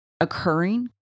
occurring